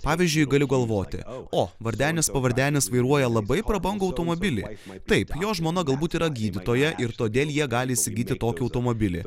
pavyzdžiui galiu galvoti o vardenis pavardenis vairuoja labai prabangų automobilį mat taip jo žmona galbūt yra gydytoja ir todėl jie gali įsigyti tokį automobilį